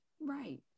Right